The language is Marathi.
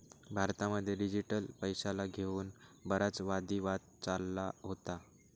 भारतामध्ये डिजिटल पैशाला घेऊन बराच वादी वाद चालला होता